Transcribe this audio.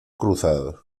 cruzados